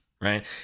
right